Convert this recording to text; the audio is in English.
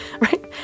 right